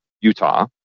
Utah